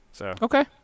Okay